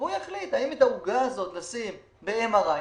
הוא יחליט האם את העוגה הזאת לשים ב-MRI נוסף,